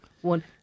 one